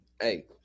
Hey